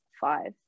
five